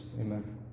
Amen